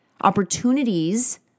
Opportunities